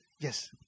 Yes